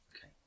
Okay